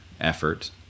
effort